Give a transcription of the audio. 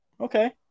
Okay